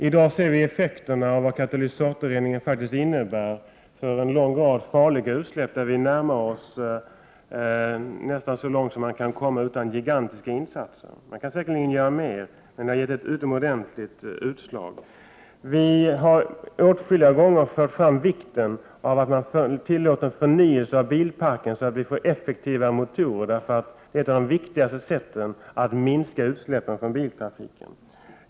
I dag ser vi effekterna av vad katalysatorrening faktiskt innebär när det gäller en lång rad farliga utsläpp. Vi har kommit nästan så långt det går utan gigantiska insatser. Det går säkerligen att göra mer, men det har blivit ett utomordentligt utslag. Vi har åtskilliga gånger understrukit vikten av att man tillåter en förnyelse av bilparken, så att vi får effektiva motorer. Det är ett av de viktigaste sätten att minska utsläppen från biltrafiken.